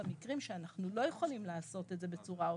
במקרים שאנחנו לא יכולים לעשות את זה בצורה אוטומטית,